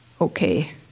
okay